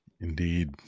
Indeed